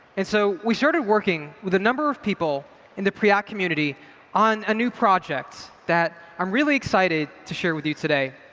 and so we started working with a number of people in the preact community on a new project that i'm really excited to share with you today.